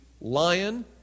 lion